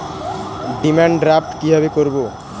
Demand draft কীভাবে করব?